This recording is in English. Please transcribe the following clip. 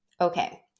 Okay